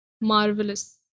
marvelous